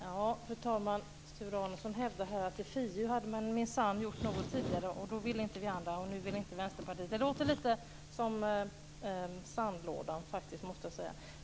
Fru talman! Sture Arnesson hävdar att i FiU hade man minsann gjort något tidigare. Då ville inte vi andra, och nu vill inte Vänsterpartiet. Det låter lite som sandlåda, måste jag faktiskt säga.